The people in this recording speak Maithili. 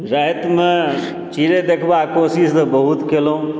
रातिमे चिड़ै देखबाक कोशिश तऽ बहुत केलहुँ